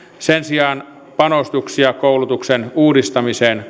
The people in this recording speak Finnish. sen sijaan panostuksia koulutuksen uudistamiseen